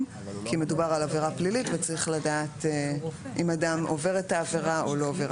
כי מדובר על עבירה פלילית וצריך לדעת אם אדם עבר את העבירה או לא.